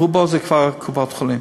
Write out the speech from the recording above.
ברובה, היא כבר בקופות-חולים.